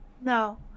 No